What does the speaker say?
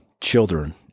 Children